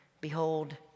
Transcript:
behold